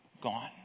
gone